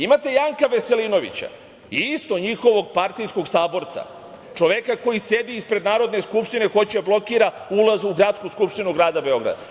Imate Janka Veselinovića, isto njihovog partijskog saborca, čoveka koji sedi ispred Narodne skupštine, hoće da blokira ulaz u Gradsku skupštinu grada Beograda.